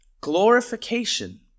glorification